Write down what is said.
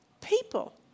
people